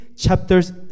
chapters